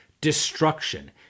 destruction